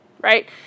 right